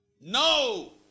No